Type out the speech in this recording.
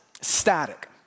static